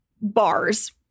bars